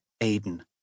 Aiden